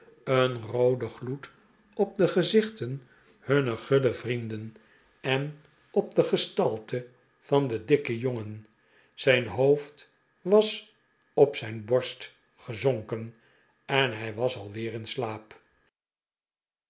een rooden gloed op de gezichten hunner guile vrienden en op de gestalte van den dikken jongen zijn hoofd was op zijn borst gezonken en hij was alweer in slaap